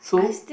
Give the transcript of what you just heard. so